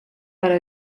para